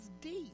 deep